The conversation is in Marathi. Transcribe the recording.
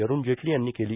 अरुण जेटली यांनी केली